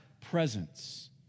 presence